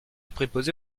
préposé